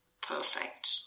perfect